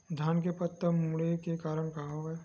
धान के पत्ता मुड़े के का कारण हवय?